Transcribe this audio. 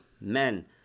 men